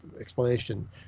explanation